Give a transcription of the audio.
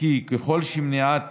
ככל שמניעת